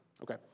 Okay